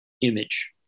image